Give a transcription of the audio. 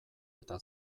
eta